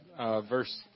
verse